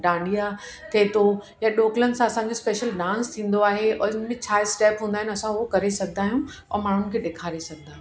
डांडिया थिए थो या ॾोकिलनि सां असांजो स्पेशल डांस थींदो आहे और हिन में छा स्टैप हूंदा आहिनि असां उहो करे सघंदा आहियूं ऐं माण्हुनि खे ॾेखारे सघंदा आहियूं